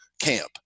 camp